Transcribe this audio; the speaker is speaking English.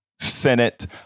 Senate